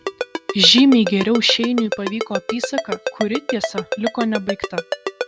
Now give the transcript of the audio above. žymiai geriau šeiniui pavyko apysaka kuri tiesa liko nebaigta